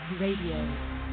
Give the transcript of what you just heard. Radio